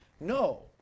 No